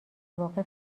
واقع